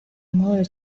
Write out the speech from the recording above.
amahoro